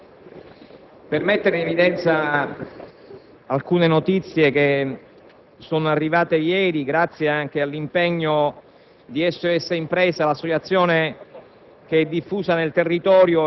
Vorrei evidenziare alcune notizie arrivate ieri, grazie anche all'impegno di SOS Impresa, l'associazione